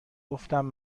گفتم